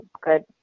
good